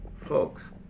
Folks